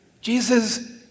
Jesus